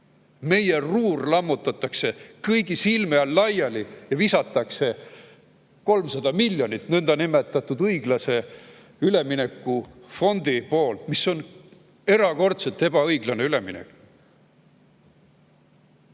Meie Ruhr lammutatakse kõigi silme all laiali ja siis visatakse sinna 300 miljonit nõndanimetatud õiglase ülemineku fondi poolt. See on erakordselt ebaõiglane üleminek.